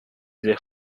their